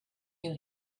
you